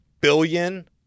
billion